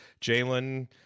Jalen